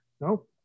No